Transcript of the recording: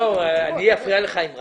אני אפריע לך עם רעש?